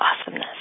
awesomeness